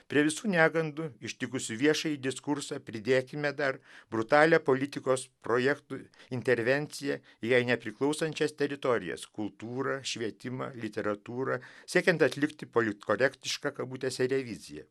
prie visų negandų ištikusių viešąjį diskursą pridėkime dar brutalią politikos projektų intervenciją į jai nepriklausančias teritorijas kultūrą švietimą literatūrą siekiant atlikti politkorektišką kabutėse reviziją